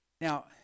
Now